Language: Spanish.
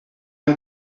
han